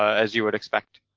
as you would expect.